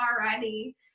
already